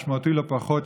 משמעותי לא פחות,